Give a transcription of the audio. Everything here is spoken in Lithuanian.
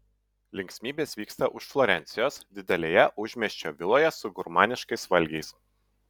linksmybės vyksta už florencijos didelėje užmiesčio viloje su gurmaniškais valgiais